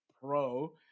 pro